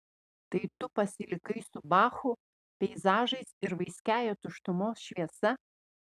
tai tu pasilikai su bachu peizažais ir vaiskiąja tuštumos šviesa